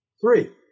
Three